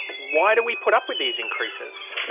why do we put up with these increases?